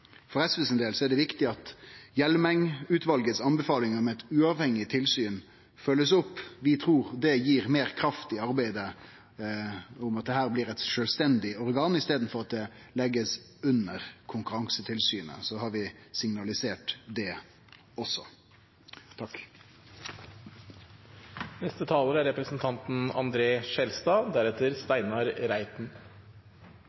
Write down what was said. for SV sin del er det viktig at Hjelmeng-utvalets anbefalingar om eit uavhengig tilsyn blir følgde opp. Vi trur det gir meir kraft i arbeidet om dette blir eit sjølvstendig organ, i staden for at det blir lagt under Konkurransetilsynet. Så har vi signalisert det også.